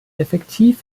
effektiv